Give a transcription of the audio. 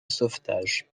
sauvetage